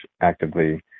actively